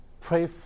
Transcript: pray